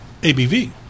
ABV